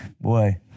Boy